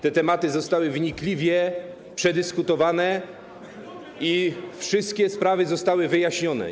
One zostały wnikliwie przedyskutowane i wszystkie sprawy zostały wyjaśnione.